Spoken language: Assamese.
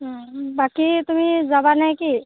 বাকী তুমি যাবা নে কি